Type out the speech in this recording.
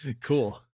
Cool